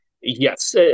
Yes